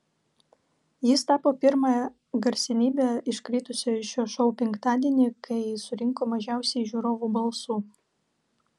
jis tapo pirmąja garsenybe iškritusia iš šio šou penktadienį kai surinko mažiausiai žiūrovų balsų